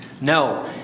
No